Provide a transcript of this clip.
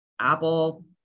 Apple